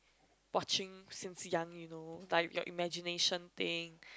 watching since young you know like your imagination thing